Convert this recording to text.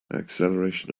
acceleration